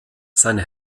seine